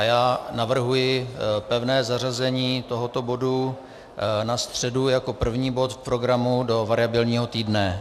Já navrhuji pevné zařazení tohoto bodu na středu jako první bod v programu do variabilního týdne.